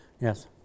Yes